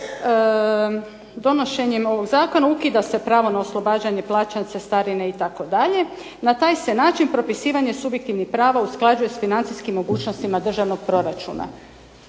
donošenjem ovog zakona ukida se pravo na oslobađanje plaćanja cestarine itd., na taj se način propisivanje subjektivnih prava usklađuje s financijskim mogućnostima državnog proračuna.